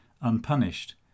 unpunished